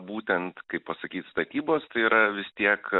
būtent kaip pasakyt statybos tai yra vis tiek